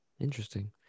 interesting